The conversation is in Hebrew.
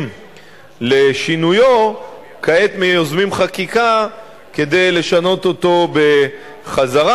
לשינויו כעת יוזמים חקיקה כדי לשנות אותו בחזרה.